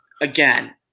again